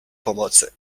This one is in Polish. pomocy